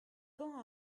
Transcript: quand